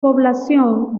población